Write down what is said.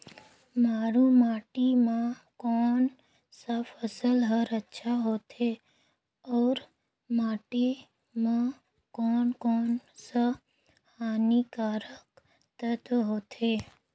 मारू माटी मां कोन सा फसल ह अच्छा होथे अउर माटी म कोन कोन स हानिकारक तत्व होथे?